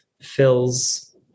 fills